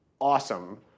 awesome